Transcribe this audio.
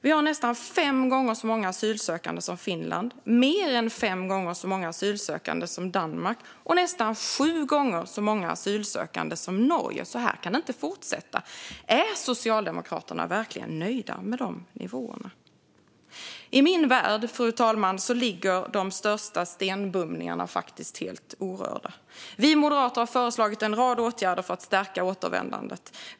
Vi har nästan fem gånger så många asylsökande som Finland, mer än fem gånger så många asylsökande som Danmark och nästan sju gånger så många asylsökande som Norge. Så här kan det inte fortsätta. Är Socialdemokraterna verkligen nöjda med de nivåerna? I min värld, fru talman, ligger de största stenbumlingarna faktiskt helt orörda. Vi moderater har föreslagit en rad åtgärder för att stärka återvändandet.